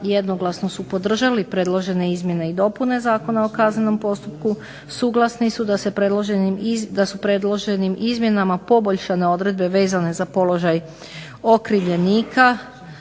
jednoglasno su podržali predložene izmjene i dopune Zakona o kaznenom postupku. Suglasni su da su predloženim izmjenama poboljšane odredbe vezane za položaj okrivljenika.